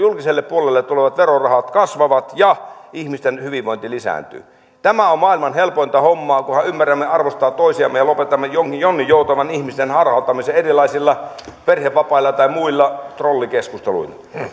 julkiselle puolelle tulevat verorahat kasvavat ja ihmisten hyvinvointi lisääntyy tämä on maailman helpointa hommaa kunhan ymmärrämme arvostaa toisiamme ja lopetamme jonninjoutavan ihmisten harhauttamisen erilaisilla perhevapaa tai muilla trollikeskusteluilla